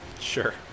Sure